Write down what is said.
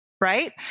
right